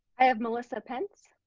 i have melisa pence.